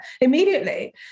immediately